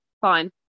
fine